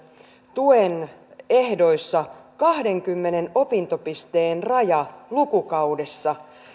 tuen ehdoissa kahteenkymmeneen opintopisteen raja lukukaudessa